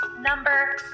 number